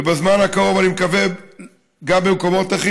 ובזמן הקרוב אני מקווה שגם במקומות אחרים,